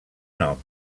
nom